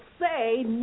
say